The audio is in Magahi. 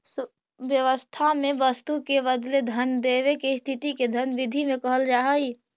व्यवस्था में वस्तु के बदले धन देवे के स्थिति के धन विधि में कहल जा हई